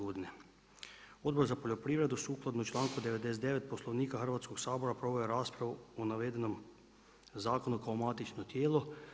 Odbor za poljoprivredu sukladno čl.99. poslovnika Hrvatskog sabora, proveo je raspravu u navedenom zakonu kao matično tijelo.